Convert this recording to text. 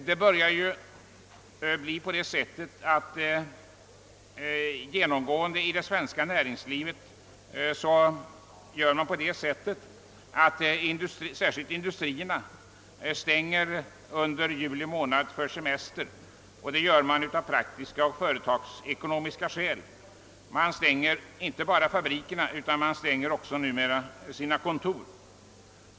Det har blivit vanligt inom det svenska näringslivet, särskilt industrierna, att man stänger under juli månad för semestrar och detta av praktiska och företagsekonomiska skäl. Inte bara fabrikerna utan numera även kontoren stängs.